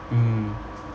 mm